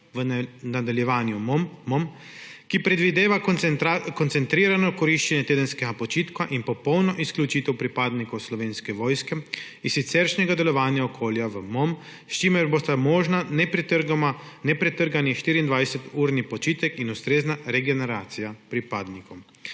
v nadaljevanju MOM, ki predvideva koncentrirano koriščenje tedenskega počitka in popolno izključitev pripadnikov Slovenske vojske iz siceršnjega delovnega okolja v MOM, s čimer bosta možna nepretrgani 24-urni počitek in ustrezna regeneracija pripadnikov.